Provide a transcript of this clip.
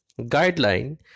guideline